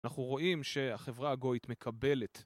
אנחנו רואים שהחברה הגויית מקבלת